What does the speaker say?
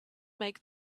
make